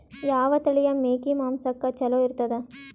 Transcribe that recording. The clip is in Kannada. ಯಾವ ತಳಿಯ ಮೇಕಿ ಮಾಂಸಕ್ಕ ಚಲೋ ಇರ್ತದ?